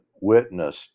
witness